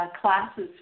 Classes